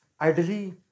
ideally